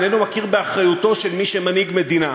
איננו מכיר באחריותו של מי שמנהיג מדינה.